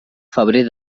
febrer